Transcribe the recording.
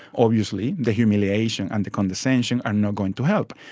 obviously the humiliation and the condescension are not going to help.